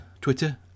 Twitter